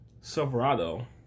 Silverado